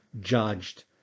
judged